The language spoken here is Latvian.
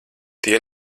tie